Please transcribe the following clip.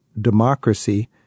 democracy